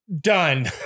Done